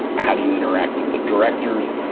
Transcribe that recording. how do you interact with the directors.